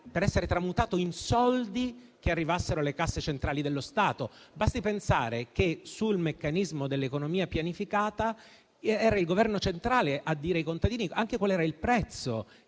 per essere tramutato in soldi che arrivassero alle casse centrali dello Stato. Basti pensare che sul meccanismo dell'economia pianificata era il governo centrale a dire ai contadini anche qual era il prezzo